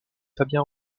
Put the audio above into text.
fabien